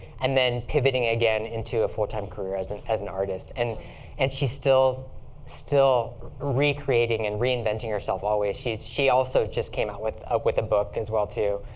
and then pivoting again into a full-time career as and as an artist. and and she's still still recreating and reinventing herself, always. she also just came out with ah with a book, as well, too,